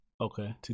Okay